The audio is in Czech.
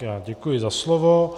Já děkuji za slovo.